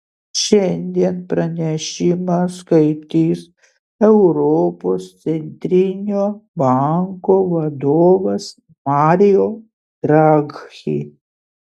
šiandien pranešimą skaitys europos centrinio banko vadovas mario draghi